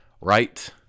right